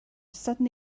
sudden